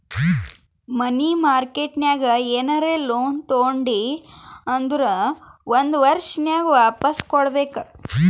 ಮನಿ market ನಾಗ್ ಏನರೆ loan ತಗೊಂಡಿ ಅಂದುರ್ ಒಂದ್ ವರ್ಷನಾಗೆ ವಾಪಾಸ್ ಕೊಡ್ಬೇಕ್